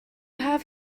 have